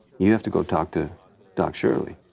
you have to go talk to don shirley,